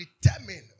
determined